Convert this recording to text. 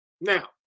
now